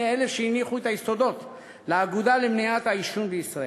והוא מאלה שהניחו את היסודות לאגודה למניעת העישון בישראל.